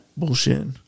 Bullshitting